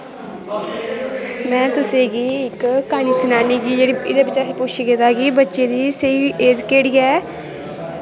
में तुसेंगी इक क्हानी सनान्नी कि इ'दे च पुच्छे गेदा कि बच्चें दी स्हेई एज़ केह्ड़ी ऐ